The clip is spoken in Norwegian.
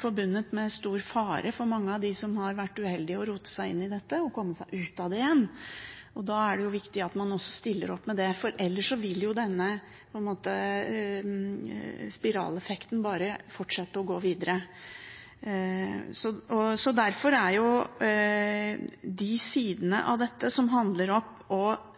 forbundet med stor fare for mange av dem som har vært uheldige og rotet seg inn i dette, å komme seg ut av det igjen. Da er det viktig at man stiller opp med slike tiltak, for ellers vil jo denne spiraleffekten bare fortsette videre. Derfor er de sidene av dette som handler om å fange opp